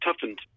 toughened